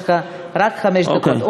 יש לך רק חמש דקות.